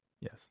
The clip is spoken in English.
Yes